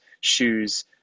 shoes